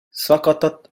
سقطت